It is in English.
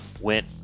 went